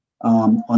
On